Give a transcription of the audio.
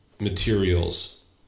Materials